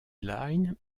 line